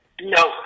No